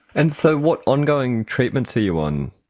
and so what ongoing treatments are you on?